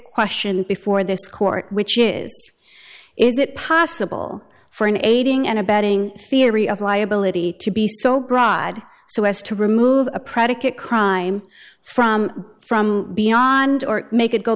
question before this court which is is it possible for an aiding and abetting theory of liability to be so broad so as to remove a predicate crime from from beyond or make it go